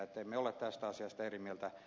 emme ole tästä asiasta eri mieltä